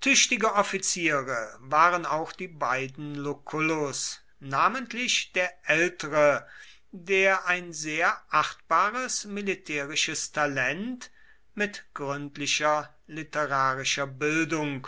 tüchtige offiziere waren auch die beiden lucullus namentlich der ältere der ein sehr achtbares militärisches talent mit gründlicher literarischer bildung